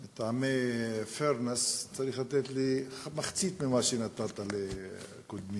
אתה צריך לתת לי מחצית ממה שנתת לקודמי,